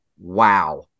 wow